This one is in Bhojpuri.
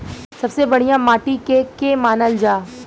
सबसे बढ़िया माटी के के मानल जा?